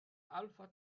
alpha